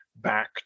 back